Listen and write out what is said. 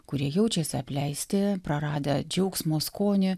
kurie jaučiasi apleisti praradę džiaugsmo skonį